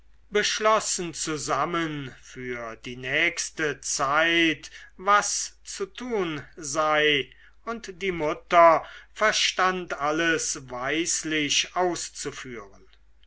beschlossen zusammen für die nächste zeit was zu tun sei und die mutter verstand alles weislich auszuführen